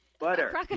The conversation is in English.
Butter